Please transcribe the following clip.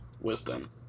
Wisdom